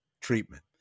treatment